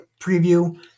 preview